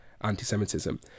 anti-Semitism